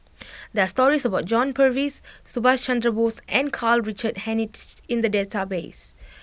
there are stories about John Purvis Subhas Chandra Bose and Karl Richard Hanitsch in the database